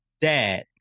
Dad